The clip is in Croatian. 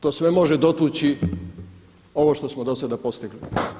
To sve može dotući ovo što smo do sada postigli.